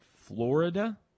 Florida